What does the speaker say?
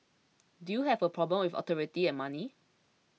do you have a problem with authority and money